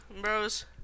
bros